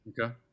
Okay